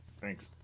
thanks